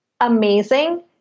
amazing